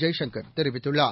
ஜெய்சங்கர் தெரிவித்துள்ளார்